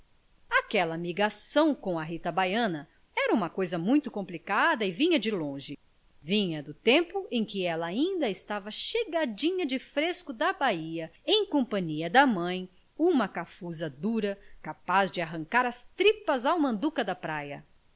aquela amigação com a rita baiana era uma coisa muito complicada e vinha de longe vinha do tempo em que ela ainda estava chegadinha de fresco da bahia em companhia da mãe uma cafuza dura capaz de arrancar as tripas ao manduca da praia